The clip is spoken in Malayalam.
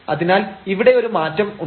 അതിനാൽ ഇവിടെ ഒരു മാറ്റം ഉണ്ട്